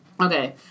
Okay